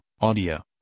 audio